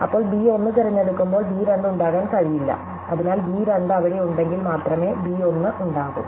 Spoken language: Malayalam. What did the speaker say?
അപ്പോൾ ബി 1 തിരഞ്ഞെടുക്കുമ്പോൾ ബി 2 ഉണ്ടാകാൻ കഴിയില്ല അതിനാൽ ബി 2 അവിടെ ഉണ്ടെങ്കിൽ മാത്രമേ ബി 1 ഉണ്ടാകൂ